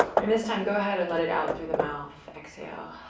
i mean this time, go ahead and let it out through the mouth, exhale.